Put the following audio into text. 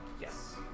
yes